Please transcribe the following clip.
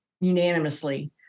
unanimously